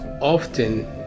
Often